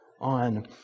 on